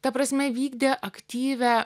ta prasme vykdė aktyvią